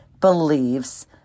believes